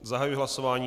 Zahajuji hlasování.